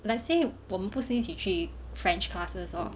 let's say 我们不是一起去 french classes lor